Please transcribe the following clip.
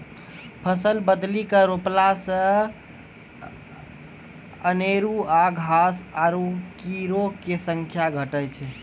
फसल बदली के रोपला से अनेरूआ घास आरु कीड़ो के संख्या घटै छै